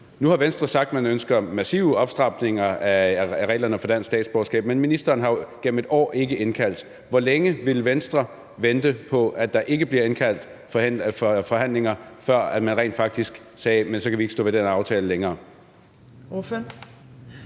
Nu har Venstre sagt, at man ønsker massive opstramninger af reglerne for dansk statsborgerskab, men ministeren har jo gennem et år ikke indkaldt. Hvor længe vil Venstre vente på, at der ikke bliver indkaldt til forhandlinger, før man rent faktisk siger, at så kan man ikke stå ved den aftale længere?